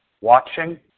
watching